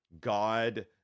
God